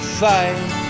fight